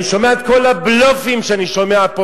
אני שומע את כל הבלופים שאני שומע פה,